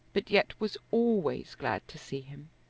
but yet was always glad to see him.